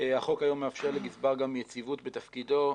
החוק היום מאפשר לגזבר גם יציבות בתפקידו,